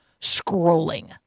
scrolling